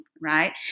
Right